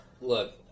look